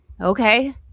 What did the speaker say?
Okay